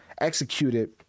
executed